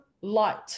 light